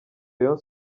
rayon